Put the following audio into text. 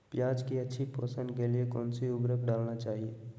प्याज की अच्छी पोषण के लिए कौन सी उर्वरक डालना चाइए?